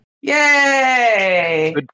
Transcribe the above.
Yay